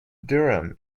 durham